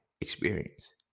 experience